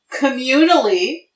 communally